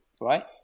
right